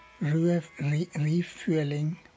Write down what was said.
Refueling